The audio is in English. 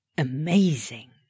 Amazing